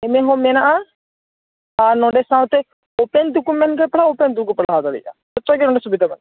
ᱮᱢ ᱮ ᱦᱚᱸ ᱢᱮᱱᱟᱜᱼᱟ ᱟᱨ ᱱᱚᱰᱮ ᱥᱟᱶᱛᱮ ᱳᱯᱮᱱ ᱛᱮᱠᱚ ᱢᱮᱱᱠᱷᱟᱱ ᱯᱟᱲᱦᱟᱣ ᱳᱯᱮᱱ ᱛᱮᱠᱚ ᱯᱟᱲᱦᱟᱣ ᱫᱟᱲᱮᱭᱟᱜᱼᱟ ᱡᱚᱛᱚᱜᱮ ᱱᱚᱰᱮ ᱥᱩᱵᱤᱫᱷᱟ ᱢᱮᱱᱟᱜᱼᱟ